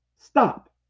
stop